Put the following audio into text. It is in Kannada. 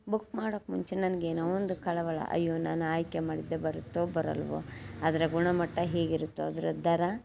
ಬುಕ್ ಮಾಡಕ್ಕೆ ಮುಂಚೆ ನನ್ಗೆ ಏನೋ ಒಂದು ಕಳವಳ ಅಯ್ಯೋ ನಾನು ಆಯ್ಕೆ ಮಾಡಿದ್ದೇ ಬರುತ್ತೋ ಬರಲ್ಲವೋ ಅದರ ಗುಣಮಟ್ಟ ಹೇಗಿರುತ್ತೋ ಅದರ ದರ